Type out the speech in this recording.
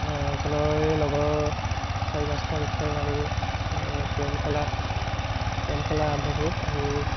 অঞ্চলৰেই লগৰ চাৰি পাঁচটা গোট খাই আমি কেৰেম খেলা কেৰেম খেলা আৰম্ভ কৰোঁ আৰু